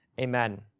Amen